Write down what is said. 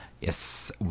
Yes